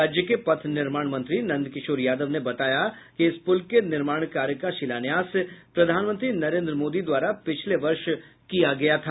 राज्य के पथ निर्माण मंत्री नंदकिशोर यादव ने बताया कि इस प्रल के निर्माण कार्य का शिलान्यास प्रधानमंत्री नरेन्द्र मोदी द्वारा पिछले वर्ष किया गया था